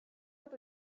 nad